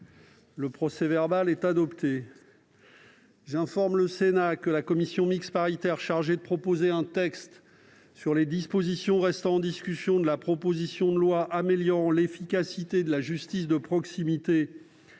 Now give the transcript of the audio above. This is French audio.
Le procès-verbal est adopté. J'informe le Sénat que la commission mixte paritaire chargée de proposer un texte sur les dispositions restant en discussion de la proposition de loi améliorant l'efficacité de la justice de proximité